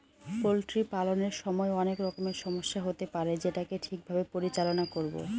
poultry পালনের সময় অনেক রকমের সমস্যা হতে পারে যেটাকে ঠিক ভাবে পরিচালনা করবো